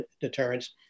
deterrence